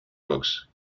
books